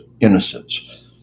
innocence